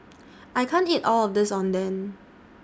I can't eat All of This Oden